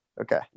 Okay